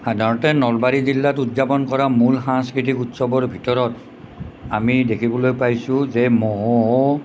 সাধাৰণতে নলবাৰী জিলাত উদযাপন কৰা মূল সাংস্কৃতিক উৎসৱৰ ভিতৰত আমি দেখিবলৈ পাইছোঁ যে মহোহো